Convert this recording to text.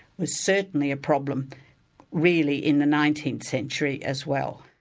was certainly a problem really in the nineteenth century as well.